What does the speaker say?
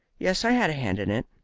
yes, i had a hand in it.